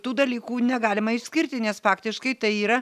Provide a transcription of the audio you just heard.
tų dalykų negalima išskirti nes faktiškai tai yra